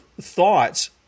thoughts